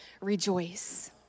rejoice